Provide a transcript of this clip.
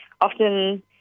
often